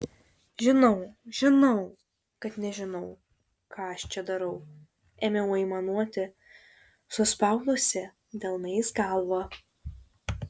žinau žinau kad nežinau ką aš čia darau ėmiau aimanuoti suspaudusi delnais galvą